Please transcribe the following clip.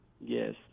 Yes